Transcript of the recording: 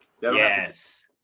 Yes